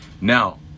Now